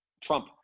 Trump